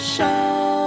Show